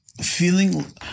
feeling